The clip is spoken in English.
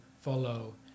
follow